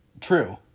True